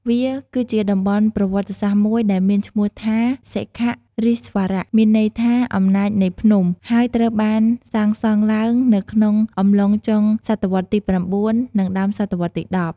វាគឺជាតំបន់ប្រវត្តិសាស្ត្រមួយដែលមានឈ្មោះថា សិខៈរិស្វរៈ មានន័យថា អំណាចនៃភ្នំ ហើយត្រូវបានសាងសង់ឡើងនៅក្នុងអំឡុងចុងសតវត្សទី៩ និងដើមសតវត្សទី១០